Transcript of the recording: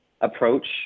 approach